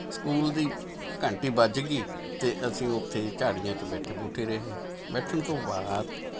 school ਦੀ ਘੰਟੀ ਵੱਜ ਗਈ ਅਤੇ ਅਸੀਂ ਉੱਥੇ ਝਾੜੀਆਂ 'ਚ ਬੈਠੇ ਬੂੱਠੇ ਰਹੇ ਬੈਠਣ ਤੋਂ ਬਾਅਦ